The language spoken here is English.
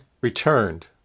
returned